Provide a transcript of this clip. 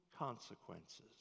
consequences